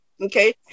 Okay